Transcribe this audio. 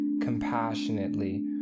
compassionately